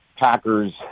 Packers